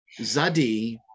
zadi